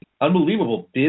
unbelievable